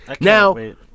Now